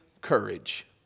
courage